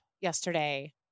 yesterday